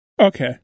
Okay